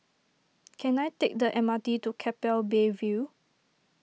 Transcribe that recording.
can I take the M R T to Keppel Bay View